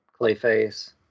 Clayface